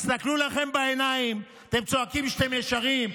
תסתכלו לכם בעיניים: אתם צועקים שאתם ישרים,